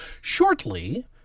shortly